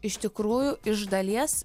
iš tikrųjų iš dalies